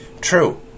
True